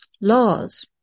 laws